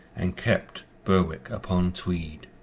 and kept berwick upon tweed.